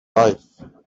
life